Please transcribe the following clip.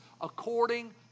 according